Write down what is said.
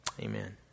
Amen